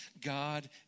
God